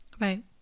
Right